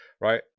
Right